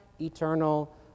eternal